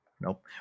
Nope